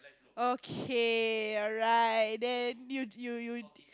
okay alright then you you you